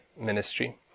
ministry